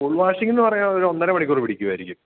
full വാഷിങ്ങെന്ന് പറഞ്ഞാല് ഒരൊന്നര മണിക്കൂർ പിടിക്കുമായിരിക്കും